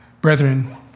Brethren